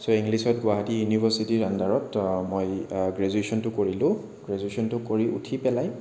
চ' ইংলিছত গুৱাহাটী ইউনিভাৰ্চিটীৰ আণ্ডাৰত মই গ্ৰেজুৱেচনটো কৰিলোঁ গ্ৰেজুৱেচনটো কৰি উঠি পেলাই